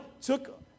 took